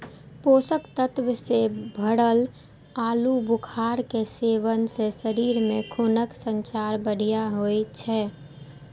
पोषक तत्व सं भरल आलू बुखारा के सेवन सं शरीर मे खूनक संचार बढ़िया होइ छै